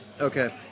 Okay